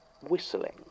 whistling